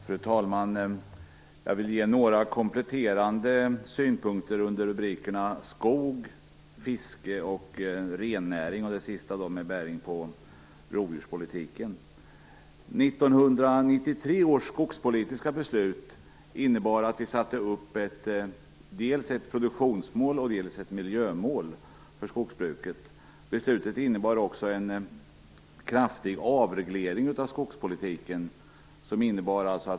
Fru talman! Jag vill ge några kompletterande synpunkter under rubrikerna Skog, Fiske och Rennäring - det sistnämna med bäring på rovdjurspolitiken. 1993 års skogspolitiska beslut innebar att vi satte upp dels ett produktionsmål, dels ett miljömål för skogsbruket. Beslutet innebar också en kraftig avreglering av skogspolitiken.